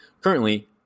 currently